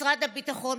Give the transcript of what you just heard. משרד הביטחון,